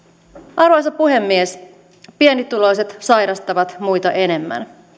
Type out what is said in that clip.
arvoisa puhemies pienituloiset sairastavat muita enemmän